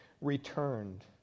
returned